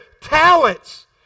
talents